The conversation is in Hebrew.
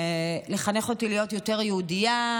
לחנך אותי להיות יותר יהודייה,